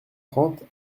trente